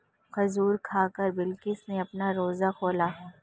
खजूर खाकर बिलकिश ने अपना रोजा खोला